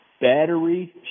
battery